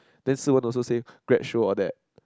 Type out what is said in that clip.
then Si-wen also say grad show all that